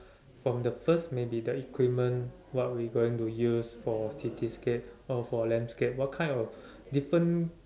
from the first maybe the equipment what we going to use for cityscape or for landscape what kind of different